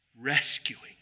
rescuing